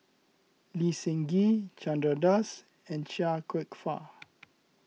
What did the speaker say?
Lee Seng Gee Chandra Das and Chia Kwek Fah